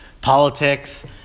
politics